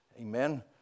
Amen